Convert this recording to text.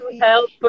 help